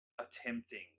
attempting